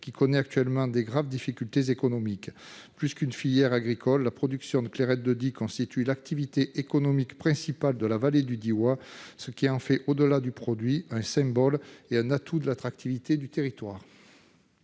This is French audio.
qui rencontre actuellement de graves difficultés économiques. Plus qu'une filière agricole, la production de clairette de Die constitue l'activité économique principale de la vallée du Diois, ce qui en fait, au-delà du produit, un symbole et un atout de l'attractivité du territoire.